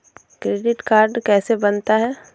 Credit card कैसे बनता है?